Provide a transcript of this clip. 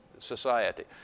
society